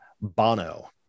Bono